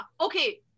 Okay